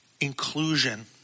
inclusion